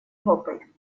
вопль